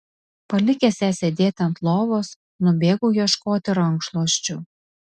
palikęs ją sėdėti ant lovos nubėgau ieškoti rankšluosčių